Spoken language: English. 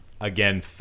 again